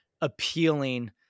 Appealing